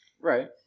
Right